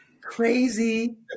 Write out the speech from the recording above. crazy